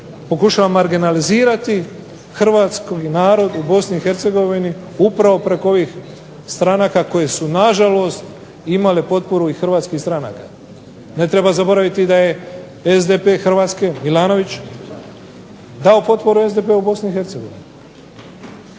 pokušao marginalizirati hrvatski narod u Bih upravo preko onih stranaka koje su na žalost imale potporu Hrvatskih stranaka. Ne treba zaboraviti da je SDP Hrvatske Milanović dao potporu SDP-u u